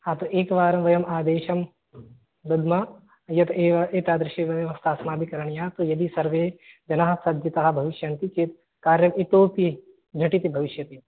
हा तु एकवारं वयम् आदेशं दद्मः यत् एव एतादृशव्यवस्थाः अस्माभिः करणीया यदि सर्वे जनाः सज्जिताः भविष्यन्ति चेत् कार्यः इतोऽपि झटिति भविष्यति